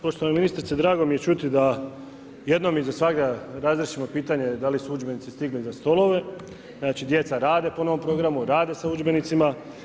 Poštovana ministrice, drago mi je čuti da jednom i za svagda razriješimo pitanje, da li su udžbenici stigli za stolove, djeca rade po novom programu, rade s udžbenicima.